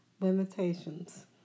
limitations